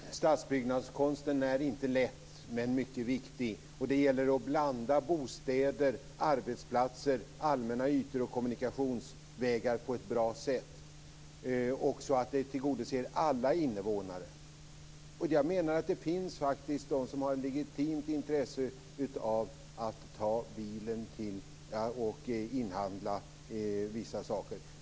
Fru talman! Stadsbyggnadskonst är inte lätt. Däremot är den mycket viktig. Det gäller att blanda bostäder, arbetsplatser, allmänna ytor och kommunikationsvägar på ett bra sätt och så att alla invånares önskemål tillgodoses. Jag menar att det faktiskt finns de som har ett legitimt intresse av att ta bilen för att inhandla vissa saker.